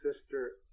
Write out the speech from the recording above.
sister